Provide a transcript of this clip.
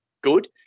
good